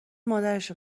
مادرشو